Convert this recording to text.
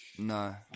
No